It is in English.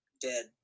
Dead